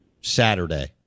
Saturday